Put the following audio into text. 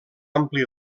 ampli